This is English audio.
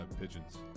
pigeons